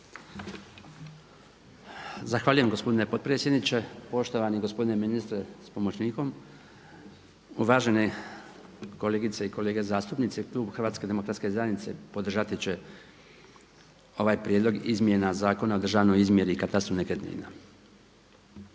Zahvaljujem gospodine potpredsjedniče. Poštovani gospodine ministre s pomoćnikom, uvažene kolegice i kolege zastupnici, Klub Hrvatske demokratske zajednice podržat će ovaj prijedlog izmjena Zakona o državnoj izmjeri u katastru nekretnina.